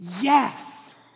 Yes